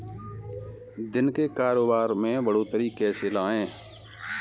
दिन के कारोबार में बढ़ोतरी कैसे लाएं?